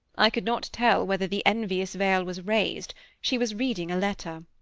i could not tell whether the envious veil was raised she was reading a letter.